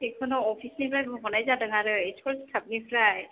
बेखौनो अफिसनिफ्राय बुंहरनाय जादों आरो स्कुल सिटाफनिफ्राय